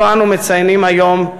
שאותו אנו מציינים היום,